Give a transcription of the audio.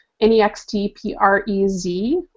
N-E-X-T-P-R-E-Z